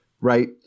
Right